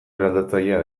eraldatzailea